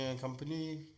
company